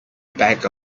back